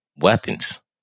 weapons